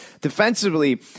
defensively